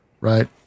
right